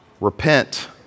repent